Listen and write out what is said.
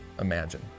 imagine